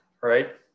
right